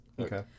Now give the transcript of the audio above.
Okay